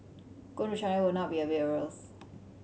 going to China will not be a bed of roses